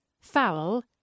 foul